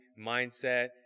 mindset